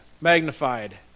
magnified